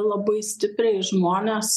labai stipriai žmones